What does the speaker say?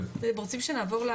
אתם רוצים שנעבור?